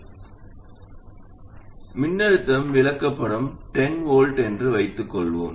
வழங்கல் மின்னழுத்தம் விளக்கப்படம் 10V என்று வைத்துக்கொள்வோம்